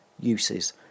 uses